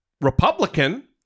Republican